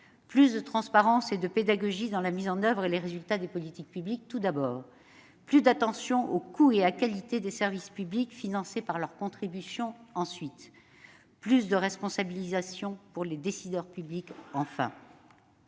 Plus de transparence et de pédagogie dans la mise en oeuvre et les résultats des politiques publiques ; plus d'attention au coût et à la qualité des services publics financés par leurs contributions ; plus de responsabilisation pour les décideurs publics.